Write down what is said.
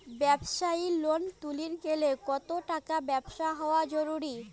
ব্যবসায়িক লোন তুলির গেলে কতো টাকার ব্যবসা হওয়া জরুরি?